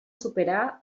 superar